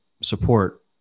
support